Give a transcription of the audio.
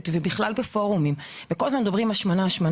ומקיימים פורומים וכל הזמן דנים על השמנה,